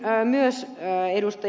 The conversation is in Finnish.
yhdyn myös ed